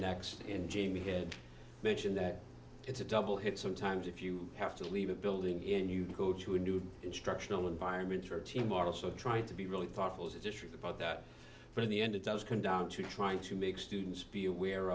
next in jamie had mentioned that it's a double hit sometimes if you have to leave a building in you go to a new instructional environment or a team are also trying to be really thoughtful as a district about that but in the end it does come down to trying to make students be aware